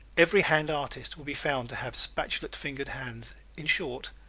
every hand artist will be found to have spatulate-fingered hands in short,